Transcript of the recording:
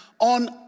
on